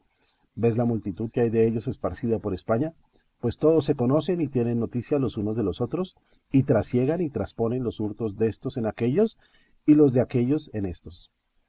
vees la multitud que hay dellos esparcida por españa pues todos se conocen y tienen noticia los unos de los otros y trasiegan y trasponen los hurtos déstos en aquéllos y los de aquéllos en éstos